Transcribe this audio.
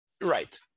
Right